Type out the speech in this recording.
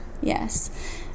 Yes